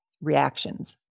reactions